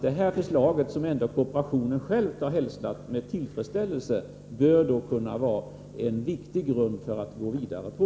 Det här förslaget, som kooperationen ändå själv har hälsat med tillfredsställelse, bör vara en viktig grund att gå vidare på.